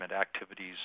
activities